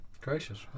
gracious